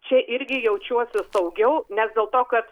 čia irgi jaučiuosi saugiau nes dėl to kad